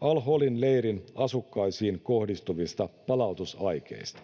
al holin leirin asukkaisiin kohdistuvista palautusaikeista